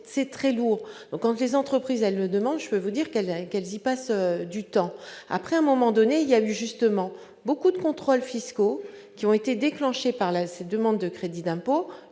c'est très lourd quand des entreprises, elle le demande, je peux vous dire quelle qu'elles y passe du temps, après un moment donné il y a eu justement beaucoup de contrôles fiscaux qui ont été déclenchées par la demande de crédit d'impôt,